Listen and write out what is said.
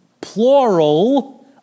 plural